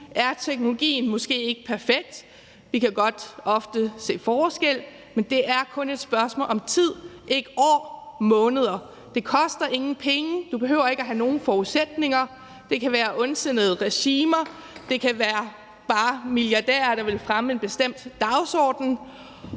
er teknologien måske ikke perfekt, og vi kan ofte godt se forskel på det, men det er kun et spørgsmål om tid, og det er ikke år, men måneder, det koster ingen penge, du behøver ikke at have nogen forudsætninger, og det kan være ondsindede regimer, eller det kan bare være milliardærer, der vil fremme en bestemt dagsorden,